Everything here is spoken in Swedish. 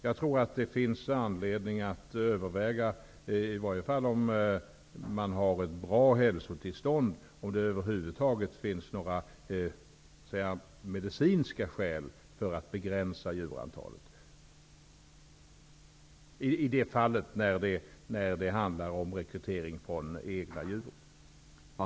Jag tror att det finns anledning att överväga -- i varje fall om man har ett bra hälsotillstånd -- om det över huvud taget finns några medicinska skäl för att begränsa djurantalet, när det handlar om rekrytering från egna djur.